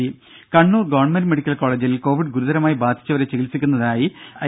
ദേദ Kannur government medical കോളജിൽ Covid ഗൂരുതരമായി ബാധിച്ചവരെ ചികിത്സിക്കുന്നതിനായി ഐ